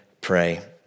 pray